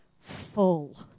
full